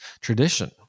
tradition